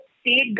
state